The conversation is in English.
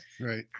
Right